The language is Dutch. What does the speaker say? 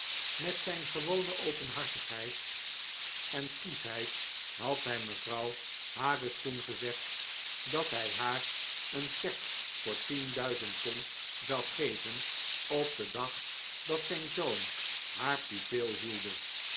met zijn gewone openhartigheid en kieschheid had hij mevrouw haggistoun gezegd dat hij haar een cheque voor tien duizend pond zou geven op den dag dat zijn zoon haar pupil